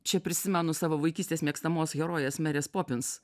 čia prisimenu savo vaikystės mėgstamos herojės merės popins